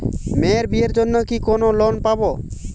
মেয়ের বিয়ের জন্য কি কোন লোন পাব?